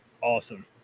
Awesome